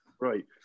Right